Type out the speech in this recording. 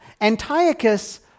Antiochus